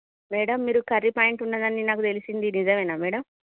madam మీరు curry point ఉన్నదని నాకు తెలిసింది నిజమేనా మేడం